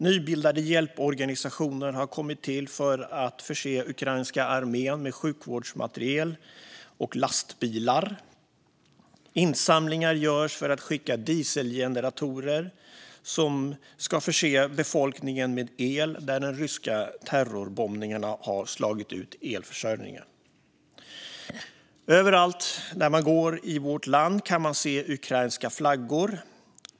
Nybildade hjälporganisationer har kommit till för att förse ukrainska armén med sjukvårdsmateriel och lastbilar. Insamlingar görs för att skicka dieselgeneratorer som ska förse befolkningen med el där de ryska terrorbombningarna har slagit ut elförsörjningen. Överallt där man går i vårt land kan man se ukrainska flaggor.